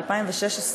ב-2016,